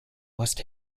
west